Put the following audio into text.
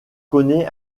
connaît